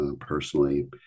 personally